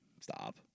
Stop